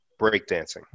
Breakdancing